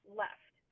left